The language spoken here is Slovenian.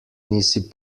nisi